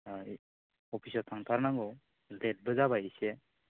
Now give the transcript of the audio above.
अ अफिसाव थांथारनांगौ लेटबो जाबाय इसे